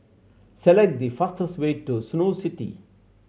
select the fastest way to Snow City